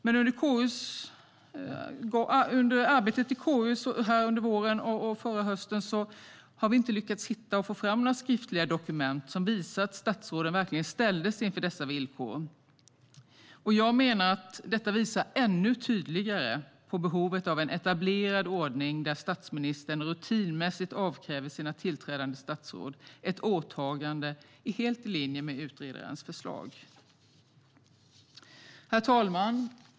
Men under KU-arbetets gång under hösten och våren har vi inte lyckats hitta några skriftliga dokument som visar att statsråden verkligen ställdes inför dessa villkor. Jag menar att detta visar ännu tydligare på behovet av en etablerad ordning där statsministern rutinmässigt avkräver sina tillträdande statsråd ett åtagande i linje med utredarens förslag. Herr talman!